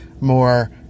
more